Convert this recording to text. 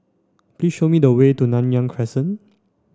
please show me the way to Nanyang Crescent